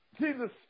Jesus